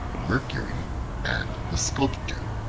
mercury and the sculptor